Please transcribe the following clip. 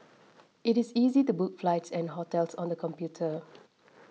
it is easy to book flights and hotels on the computer